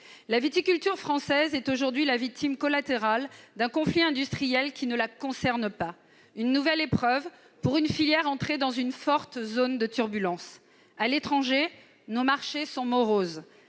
La viticulture française est aujourd'hui la victime collatérale d'un conflit industriel qui ne la concerne pas. C'est une nouvelle épreuve pour une filière entrée dans une forte zone de turbulences. À l'étranger, nos marchés sont moroses